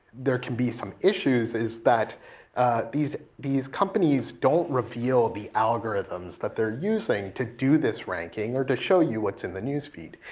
there can be some issues is that these these companies don't reveal the algorithms that they're using to do this ranking or to show you what's in the news feed.